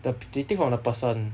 the they take from the person